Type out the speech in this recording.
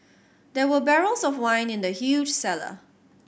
there were barrels of wine in the huge cellar